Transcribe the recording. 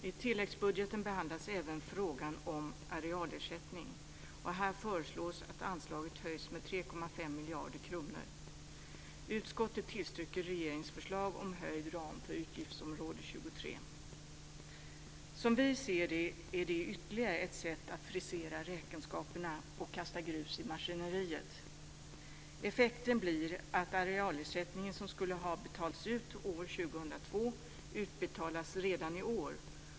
I tilläggsbudgeten behandlas även frågan om arealersättning, och här föreslås att anslaget höjs med Som vi ser det är det ytterligare ett sätt att frisera räkenskaperna och kasta grus i maskineriet. Effekten blir att arealersättningen, som skulle ha betalats ut 2002, utbetalas redan i år.